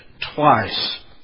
twice